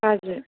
हजुर